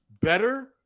better